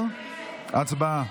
10. הצבעה.